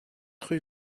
rue